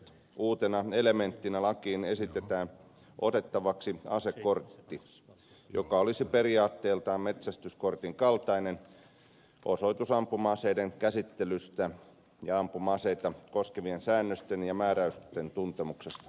uutena elementtinä lakiin esitetään otettavaksi asekortti joka olisi periaatteiltaan metsästyskortin kaltainen osoitus ampuma aseiden käsittelystä ja ampuma aseita koskevien säännösten ja määräysten tuntemuksesta